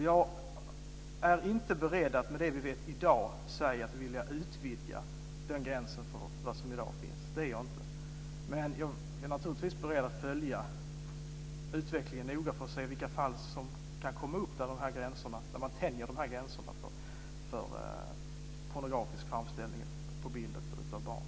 Jag är inte beredd, med det vi vet i dag, att säga att vi vill utvidga den gräns som i dag finns. Men jag är naturligtvis beredd att följa utvecklingen noga för att se vilka fall som kan komma upp där man tänjer på gränserna för pornografisk framställning av barn på bild.